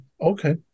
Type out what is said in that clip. Okay